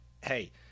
hey